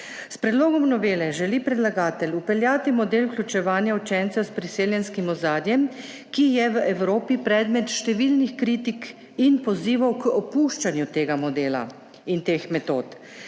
S predlogom novele želi predlagatelj vpeljati model vključevanja učencev s priseljenskim ozadjem, ki je v Evropi predmet številnih kritik in pozivov k opuščanju tega modela in teh metod.